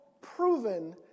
proven